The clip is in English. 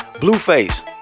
Blueface